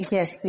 Yes